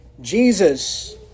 Jesus